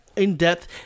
in-depth